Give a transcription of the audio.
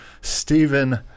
Stephen